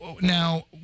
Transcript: Now